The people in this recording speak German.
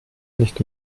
nicht